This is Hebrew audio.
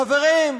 חברים,